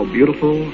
Beautiful